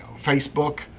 Facebook